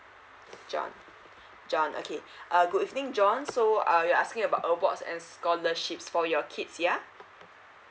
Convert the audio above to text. john john okay good evening john so uh you're asking about awards and scholarships for your kids yeuh mm